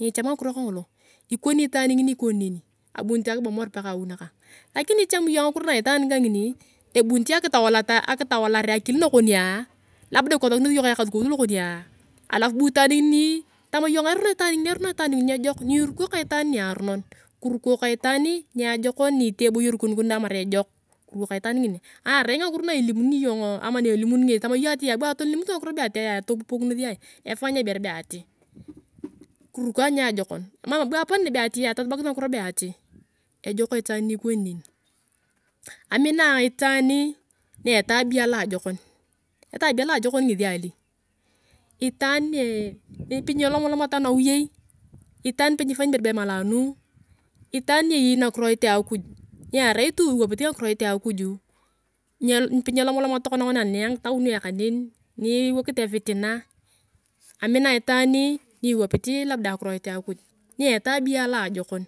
nicham ngakiro kangolo. ikoni itaan ngini ikoni neni. Abunit akibomowar paka awi nakang. lakini icham iyong ngakiro na itaan kangini, ebunit akitawalare akili nakonia, labda ikosakinosi iyong ka erasukout lokonia, alu bu itaan ngini, tama uyong eruno itaan ngini, eruno itaan ngini, nyejok nyiruko ka itaan niarunon. kiruko kaitan niajekon ni itee eboyer kon deng atamar ejok kuroko ka itaan ngini. na arai ngakiro na ilimuni iyongo ama na elimuni ngesi tama iyong atia bwa atolimutu ngakiro be ati. ejok itaan ni ikoni neni. amina itaan na etabia alojokon. etabia loajoker ngesi ali? Itaan nipe nyelomalamat anawiyei, itaan nipe nifanyi ibere be emalanu, itaani ni eyei nakiroit akuj, niarai tu iwapit akiroit akuj, nipe nyelomomat aniangitaunia kanen, nyiwekit epitina. amina ayong itaani ni iwepit labda akitoit akuj ni etabia aloajokon.